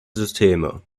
systeme